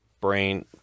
brain